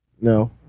No